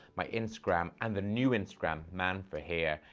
my instagram and the new instagram, man for hair,